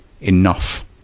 enough